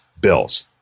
bills